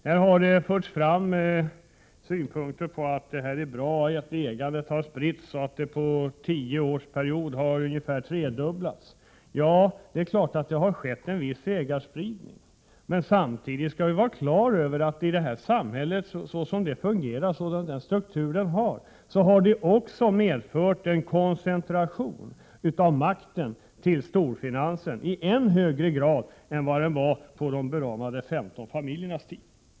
Här har det förts fram synpunkten att det är bra att ägandet har spritts och på en tioårsperiod ungefär tredubblats. Ja, det är klart att det har skett en viss ägarspridning, men samtidigt skall vi vara klara över att i det här samhället, så som det fungerar och med den struktur det har, har det också medfört en koncentration av makten till storfinansen i än högre grad än på de beramade femton familjernas tid.